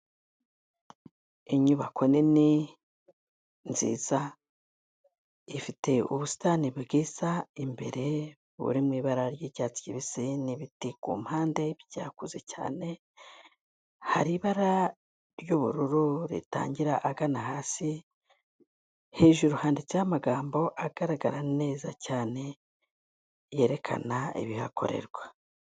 Inyubako nini nziza ifite ubusitani bwiza imbere, buri mu ibara ry'icyatsi kibisi n'ibiti ku mpande byakuze cyane, hari ibara ry'ubururu ritangira ahagana hasi, hejuru handitseho amagambo agaragara neza cyane yerekana ibihakorerwa.